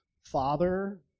father